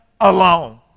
alone